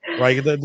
Right